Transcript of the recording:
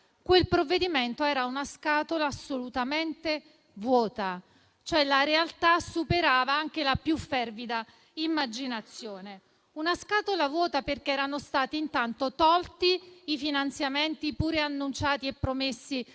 quel provvedimento era una scatola assolutamente vuota, cioè la realtà superava anche la più fervida immaginazione. È una scatola vuota, intanto perché erano stati tolti i finanziamenti pure annunciati e promessi